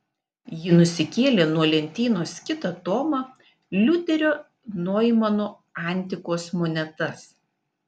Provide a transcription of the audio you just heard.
ji nusikėlė nuo lentynos kitą tomą liuterio noimano antikos monetas